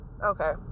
Okay